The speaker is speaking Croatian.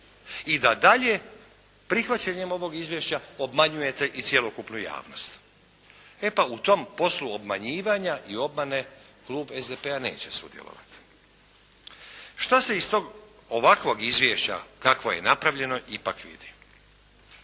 i da dalje prihvaćanjem ovog izvješća obmanjujete i cjelokupnu javnost. E pa u tom poslu obmanjivanja i obmane klub SDP-a neće sudjelovati. Šta se iz tog, ovakvog izvješća kakvo je napravljeno ipak vidi?